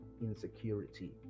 insecurity